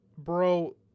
bro